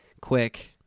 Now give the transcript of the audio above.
quick